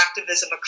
activism